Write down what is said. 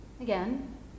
Again